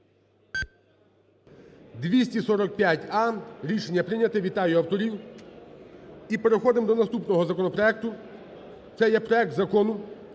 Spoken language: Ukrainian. За-245 Рішення прийняте. Вітаю авторів. І переходимо до наступного законопроекту. Це є проект Закону